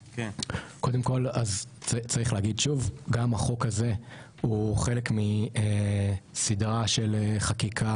קודם כל אז צריך להגיד שוב גם החוק הזה הוא חלק מסדרה של חקיקה